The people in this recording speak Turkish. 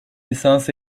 lisans